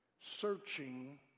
searching